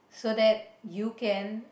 so that you can